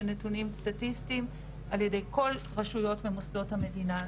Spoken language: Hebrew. נתונים סטטיסטיים על-ידי כל רשויות ומוסדות המדינה,